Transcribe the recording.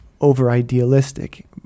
over-idealistic